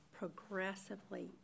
progressively